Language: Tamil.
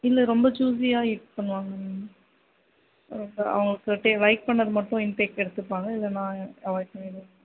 இல்லை ரொம்ப சூஸியாக இது பண்ணுவாங்க மேம் அவங்கக் கிட்டே லைக் பண்ணது மட்டும் இன்டேக் எடுத்துப்பாங்க இல்லை நான் அவாய்ட் பண்ணிவிடுவேன்